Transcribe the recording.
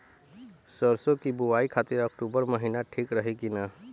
सरसों की बुवाई खाती अक्टूबर महीना ठीक रही की ना?